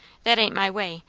that ain't my way.